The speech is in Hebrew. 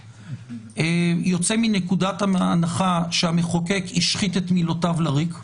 יוצאת מנקודת הנחה שהמחוקק השחית את מילותיו לריק,